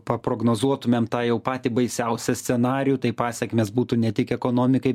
paprognozuotumėm tą jau patį baisiausią scenarijų tai pasekmės būtų ne tik ekonomikai